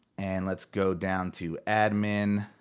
and let's go down to admin.